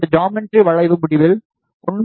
இந்த ஜாமெட்ரி வளைவு முடிவில் 1